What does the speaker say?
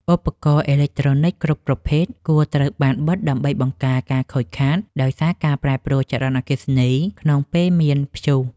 ឧបករណ៍អេឡិចត្រូនិចគ្រប់ប្រភេទគួរត្រូវបានបិទដើម្បីបង្ការការខូចខាតដោយសារការប្រែប្រួលចរន្តអគ្គិសនីក្នុងពេលមានព្យុះ។